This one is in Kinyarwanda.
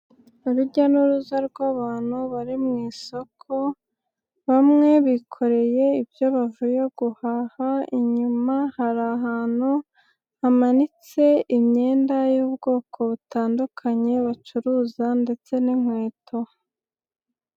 Urujya n'uruza rw'abantu bari mu isoko, bamwe bikoreye ibyo bavuye guhaha, inyuma hari ahantu hamanitse imyenda y'ubwoko butandukanye bacuruza ndetse n'inkweto.